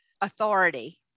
authority